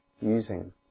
using